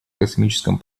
космическом